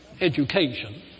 education